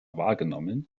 wahrgenommen